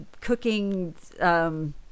cooking